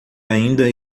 ainda